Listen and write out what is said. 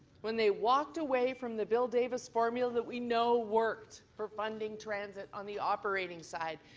when they walked away from the bill davis formula that we know worked for funding transit on the operating side,